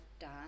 done